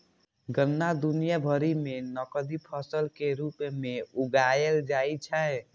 गन्ना दुनिया भरि मे नकदी फसल के रूप मे उगाएल जाइ छै